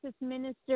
minister